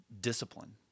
discipline